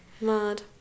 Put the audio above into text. mad